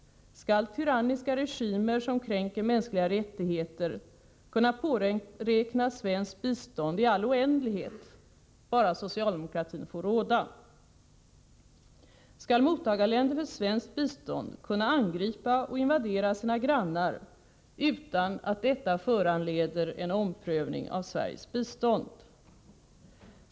Skall tyranniska regimer som kränker mänskliga rättigheter kunna påräkna svenskt bistånd i all oändlighet bara socialdemokratin får råda? Skall mottagarländer när det gäller svenskt bistånd kunna angripa och invadera sina grannar utan att detta föranleder en omprövning av Sveriges bistånd?